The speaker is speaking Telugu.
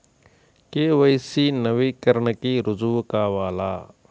కే.వై.సి నవీకరణకి రుజువు కావాలా?